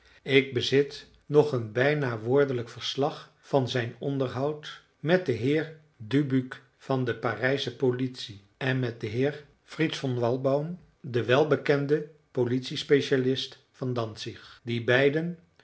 ik bezit nog een bijna woordelijk verslag van zijn onderhoud met den heer dubuque van de parijsche politie en met den heer fritz von walbaum de welbekende politie specialiteit van dantzig die beiden